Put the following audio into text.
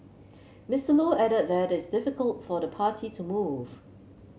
Mister Low added that it's difficult for the party to move